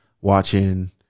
watching